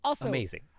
amazing